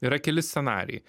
yra keli scenarijai